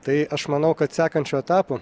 tai aš manau kad sekančiu etapu